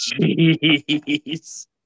Jeez